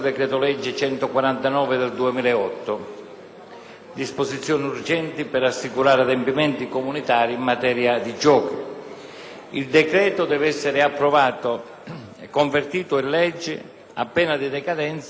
disposizioni urgenti per assicurare adempimenti comunitari in materia di giochi. Tale decreto-legge deve essere convertito in legge, a pena di decadenza, entro il 25 novembre